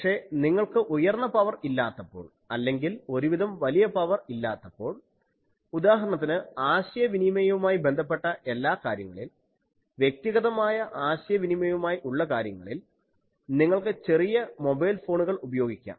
പക്ഷേ നിങ്ങൾക്ക് ഉയർന്ന പവർ ഇല്ലാത്തപ്പോൾ അല്ലെങ്കിൽ ഒരു വിധം വലിയ പവർ ഇല്ലാത്തപ്പോൾ ഉദാഹരണത്തിന് ആശയവിനിമയവുമായി ബന്ധപ്പെട്ട എല്ലാ കാര്യങ്ങളിൽ വ്യക്തിഗതമായ ആശയവിനിമയവുമായി ഉള്ള കാര്യങ്ങളിൽ നിങ്ങൾക്ക് ചെറിയ മൊബൈൽ ഫോണുകൾ ഉപയോഗിക്കാം